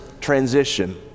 transition